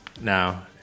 now